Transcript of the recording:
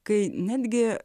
kai netgi